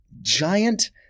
giant